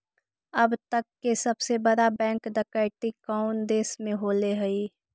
अब तक के सबसे बड़ा बैंक डकैती कउन देश में होले हइ?